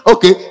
Okay